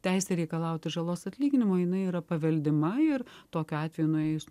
teisę reikalauti žalos atlyginimo jinai yra paveldima ir tokiu atveju nuėjus